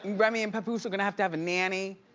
remy and papoose are gonna have to have a nanny.